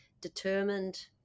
determined